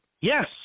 Yes